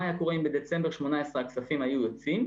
היה קורה אם בדצמבר 2018 הכספים היו יוצאים,